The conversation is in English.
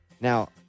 Now